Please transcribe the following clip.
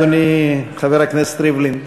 אדוני חבר הכנסת ריבלין?